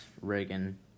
Reagan